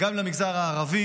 גם למגזר הערבי,